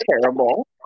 terrible